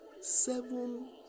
seven